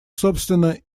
собственно